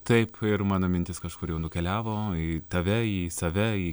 taip ir mano mintys kažkur jau nukeliavo į tave į save į